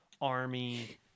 army